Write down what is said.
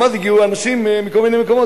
גם אז הגיעו אנשים מכל מיני מקומות,